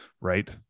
right